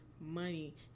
money